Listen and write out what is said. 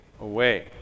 away